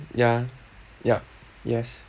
ya yup yes